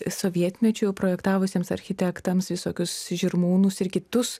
sovietmečiu projektavusiems architektams visokius žirmūnus ir kitus